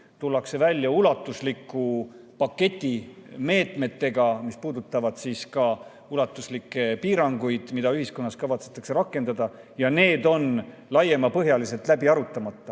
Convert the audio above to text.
tullakse välja ulatusliku paketi meetmetega, mis näevad ette ka ulatuslikke piiranguid, mida ühiskonnas kavatsetakse rakendada, ja need on laiapõhjaliselt läbi arutamata